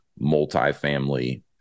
multifamily